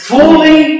Fully